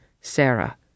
Sarah